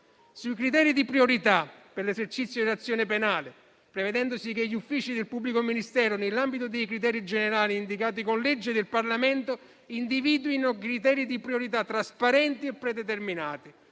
sui criteri di priorità per l'esercizio dell'azione penale, prevedendosi che gli uffici del pubblico ministero, nell'ambito dei criteri generali indicati con legge del Parlamento, individuino criteri di priorità trasparenti e predeterminati